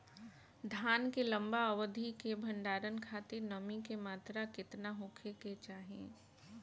धान के लंबा अवधि क भंडारण खातिर नमी क मात्रा केतना होके के चाही?